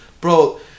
bro